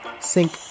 sink